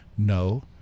No